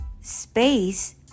space